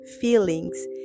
feelings